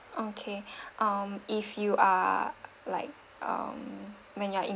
okay um if you are like um when you are in